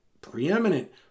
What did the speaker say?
Preeminent